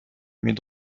met